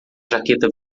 jaqueta